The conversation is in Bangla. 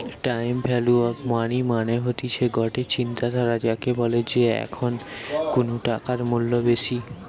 টাইম ভ্যালু অফ মানি মানে হতিছে গটে চিন্তাধারা যাকে বলে যে এখন কুনু টাকার মূল্য বেশি